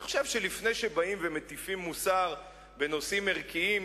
אני חושב שלפני שבאים ומטיפים מוסר בנושאים ערכיים,